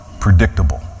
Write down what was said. predictable